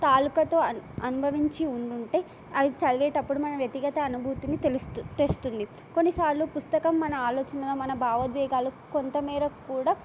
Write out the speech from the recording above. తాలూకతో అ అనుభవించి ఉండుంటే అది చదివేటప్పుడు మన వ్యతిగత అనుభూతిని తెలు తెస్తుంది కొన్నిసార్లు పుస్తకం మన ఆలోచనలు మన భావోద్వేగాలు కొంతమేర కూడా